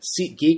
SeatGeek